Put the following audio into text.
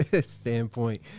standpoint